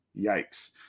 Yikes